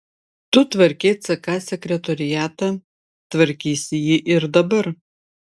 tu tvarkei ck sekretoriatą tvarkysi jį ir dabar